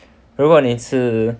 如果你是